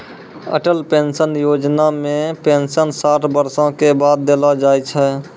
Atal pension योजना मे pension साठ बरसो के बाद देलो जाय छै